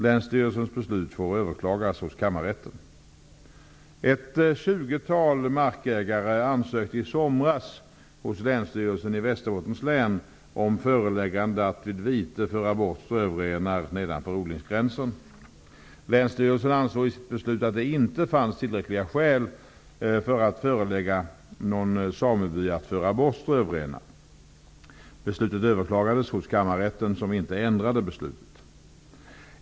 Länsstyrelsens beslut får överklagas hos kammarrätten. Ett tjugotal markägare ansökte i somras hos Länsstyrelsen i Västerbottens län om föreläggande att vid vite föra bort strövrenar nedanför odlingsgränsen. Länsstyrelsen ansåg i sitt beslut att det inte fanns tillräckliga skäl för att förelägga någon sameby att föra bort strövrenar. Beslutet överklagades hos kammarrätten, som inte ändrade beslutet.